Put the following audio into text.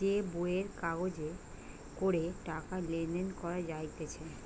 যে বইয়ের কাগজে করে টাকা লেনদেন করা যাইতেছে